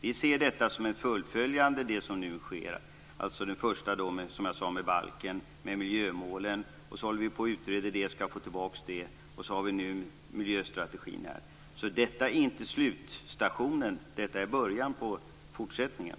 Vi ser det som nu sker som ett fullföljande, som jag sade, först av miljöbalken och miljömålen som vi utreder och sedan miljöstrategin. Så detta är inte slutstationen. Detta är början på fortsättningen.